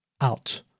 out